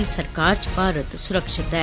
दी सरकार च भारत सुरक्षित ऐ